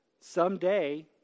Someday